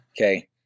okay